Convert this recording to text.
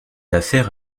affaire